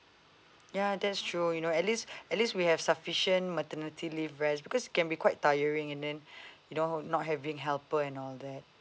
ya that's true you know at least at least we have sufficient maternity leave rest because it can be quite tiring and then you know not having helper and all that